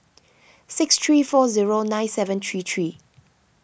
six three four zero nine seven three three